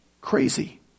crazy